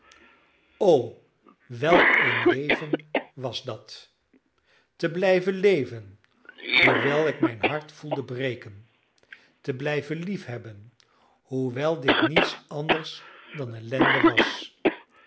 o welk een leven was dat te blijven leven hoewel ik mijn hart voelde breken te blijven liefhebben hoewel dit niets anders dan ellende was